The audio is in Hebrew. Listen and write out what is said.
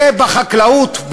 גאה בחקלאות,